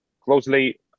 closely